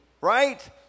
right